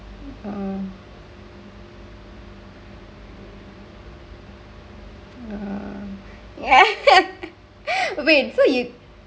wait so you